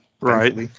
Right